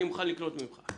אני מוכן לקנות ממך.